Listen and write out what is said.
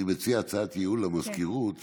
אני מציע הצעת ייעול למזכירות,